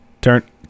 turn